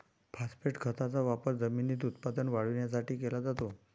phosphate खताचा वापर जमिनीत उत्पादन वाढवण्यासाठी केला जातो